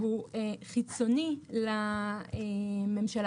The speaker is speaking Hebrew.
שהוא חיצוני לממשלה.